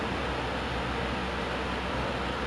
then if I go work I will I will like